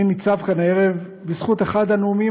אני ניצב כאן הערב בזכות אחד הנאומים